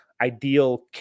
ideal